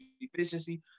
efficiency